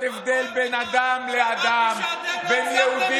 לפחות היית אומר: דואגים לחיילי צה"ל,